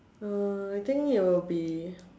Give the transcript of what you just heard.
um I think it'll be